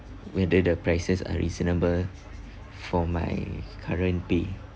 whether the prices are reasonable for my current pay